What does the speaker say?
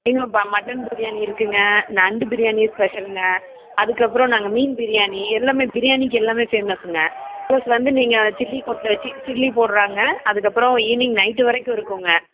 நீங்களும் பா மட்டன் பிரியாணி இருக்குங்க நண்டு பிரியாணி ஸ்பெஷலுங்க அதுக்கப்புறம் நாங்கள் மீன் பிரியாணி எல்லாமே பிரியாணிக்கு எல்லாமே ஃபேமஸ் பிளஸ் வந்து நீங்கள் சில்லி கொண்ட ச சில்லி போடுகிறாங்க அதுக்கப்புறம் ஈவினிங் நைட் வரைக்கும் இருக்குங்க